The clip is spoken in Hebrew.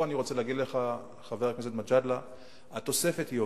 פה אני רוצה להגיד לך שהתוספת היא הוגנת,